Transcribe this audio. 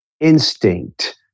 instinct